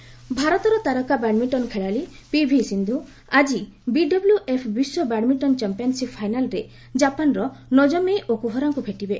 badminton ଭାରତର ତାରକା badminton ଖେଳାଳି ପିଭି ସିନ୍ଧୁ ଆଜି ବିଡବ୍ଲ୍ୟଏଫ୍ ବିଶ୍ୱ ବ୍ୟାଡ୍ମିଣ୍ଟନ୍ ଚାମ୍ପିୟନ୍ସିପ୍ ଫାଇନାଲ୍ରେ ଜାପାନ୍ର ନୋଜୋମି ଓକୁହାରାଙ୍କୁ ଭେଟିବେ